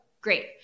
Great